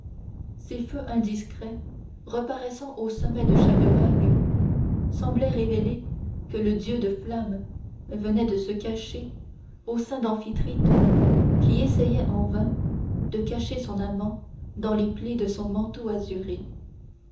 ses feux indiscrets reparaissant au sommet de chaque vague semblaient révéler que le dieu de flamme venait de se cacher au sein d'amphitrite qui essayait en vain de cacher son amant dans les plis de son manteau azuré